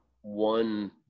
one